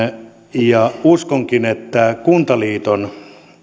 uskonkin että kuntaliiton